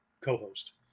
co-host